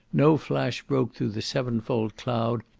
no flash broke through the seven-fold cloud,